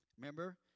Remember